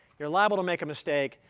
you're liable to make a mistake.